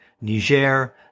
Niger